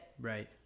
Right